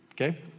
okay